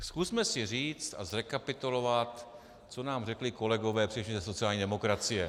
Zkusme si říci a zrekapitulovat, co nám řekli kolegové především ze sociální demokracie.